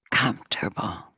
comfortable